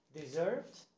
deserved